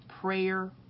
prayer